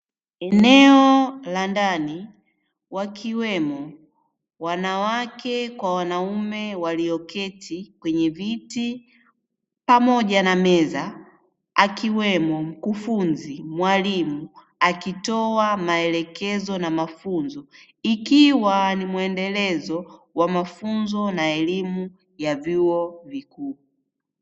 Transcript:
Eneo la ndani wakiwemo wanawake kwa wanaume waliyoketi kwenye viti pamoja na meza akiwemo mkufunzi mwalimu, akitoa maelekezo na mafunzo ikiwa ni muendelezo wa mafunzo na elimu ya vyuo vikuu.